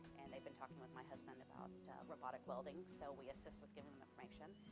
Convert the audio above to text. and they've been talking with my husband about robotic welding, so we assist with giving information.